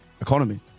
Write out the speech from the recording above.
economy